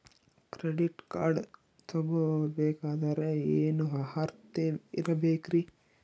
Credit card ತೊಗೋ ಬೇಕಾದರೆ ಏನು ಅರ್ಹತೆ ಇರಬೇಕ್ರಿ?